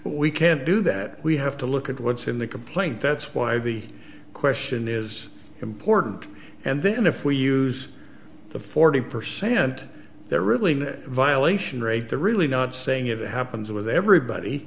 we can't do that we have to look at what's in the complaint that's why the question is important and then if we use the forty percent there really violation rate the really not saying it happens with everybody